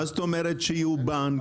מה זאת אומרת שיהיו בנק?